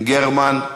גרמן,